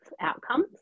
outcomes